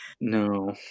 No